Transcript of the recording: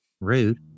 Rude